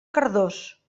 cardós